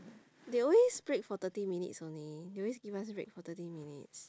they always break for thirty minutes only they always give us break for thirty minutes